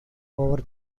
over